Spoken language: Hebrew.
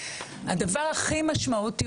הדבר הכי משמעותי,